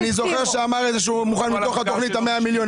אני זוכר שאמר שהוא מוכן מתוך התוכנית של ה-100 מיליון.